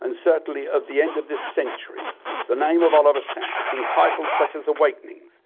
and certainly at the end of this century the name of oliver sacks, and titles such as awakenings,